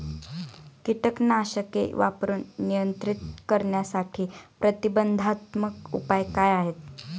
कीटकनाशके वापरून नियंत्रित करण्यासाठी प्रतिबंधात्मक उपाय काय आहेत?